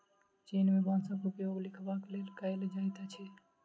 चीन में बांसक उपयोग लिखबाक लेल कएल जाइत अछि